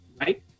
Right